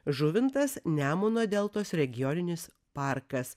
žuvintas nemuno deltos regioninis parkas